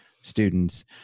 students